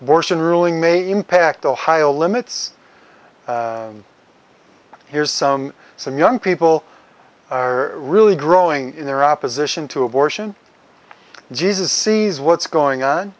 worsen ruling may impact ohio limits here's some some young people are really growing in their opposition to abortion jesus sees what's going on